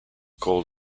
call